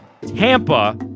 Tampa